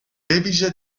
ویژه